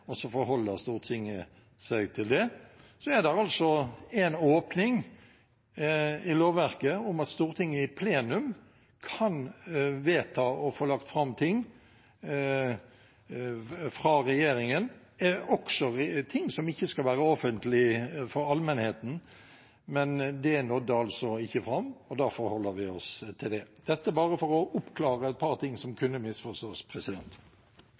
Stortinget seg til det. Så er det en åpning i lovverket om at Stortinget i plenum kan vedta å få lagt fram ting fra regjeringen, også ting som ikke skal være offentlig for allmennheten, men det nådde ikke fram. Da forholder vi oss til det. Dette bare for å oppklare et par ting som kunne misforstås.